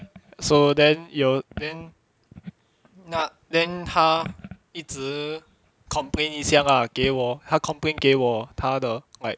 so then 有 then then 他一直 complain 一下 lah 给我他 complain 给我他的 like